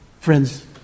Friends